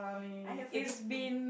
I have a